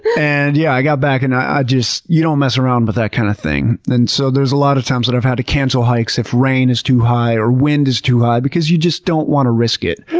and yeah, i got back and i just, you don't mess around with that kind of thing. so there's a lot of times that i've had to cancel hikes if rain is too high or wind is too high because you just don't want to risk it.